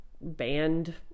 Banned